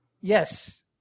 Yes